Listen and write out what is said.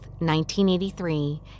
1983